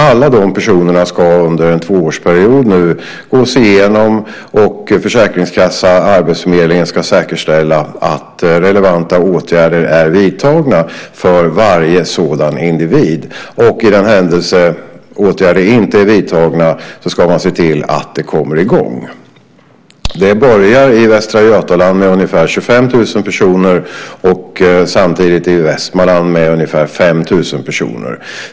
Alla dessa fall ska under en tvåårsperiod gås igenom, och Försäkringskassan och arbetsförmedlingen ska säkerställa att relevanta åtgärder är vidtagna för varje sådan individ. I den händelse åtgärder inte är vidtagna ska man se till att de kommer i gång. Det börjar i Västra Götaland med ungefär 25 000 personer och samtidigt i Västmanland med ungefär 5 000 personer.